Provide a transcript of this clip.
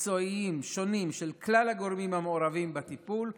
מקצועיים שונים של כלל הגורמים המעורבים בטיפול ובמענים,